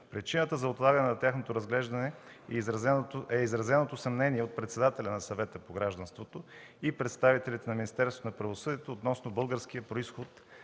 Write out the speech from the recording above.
Причината за отлагане на тяхното разглеждане е изразеното съмнение от председателя на Съвета по гражданството и представителите на Министерството